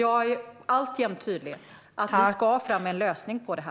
Jag är alltjämt tydlig: Det ska tas fram en lösning på detta.